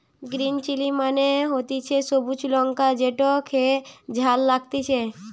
green chilli মানে হতিছে সবুজ লঙ্কা যেটো খেতে ঝাল লাগতিছে